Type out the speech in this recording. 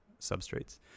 substrates